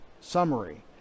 summary